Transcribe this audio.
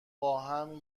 باهم